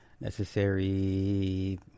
Necessary